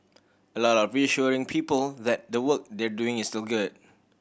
a lot of reassuring people that the work they're doing is still good